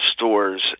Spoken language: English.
Stores